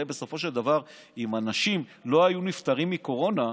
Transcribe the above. הרי בסופו של דבר אם אנשים לא היו נפטרים מקורונה,